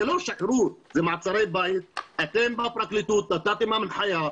זה לא שחרור זה מעצר בית,